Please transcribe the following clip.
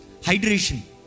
Hydration